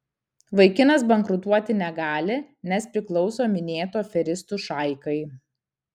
vaikinas bankrutuoti negali nes priklauso minėtų aferistų šaikai